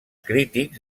crítics